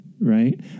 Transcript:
right